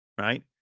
right